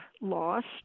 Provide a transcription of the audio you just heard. lost